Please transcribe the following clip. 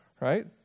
right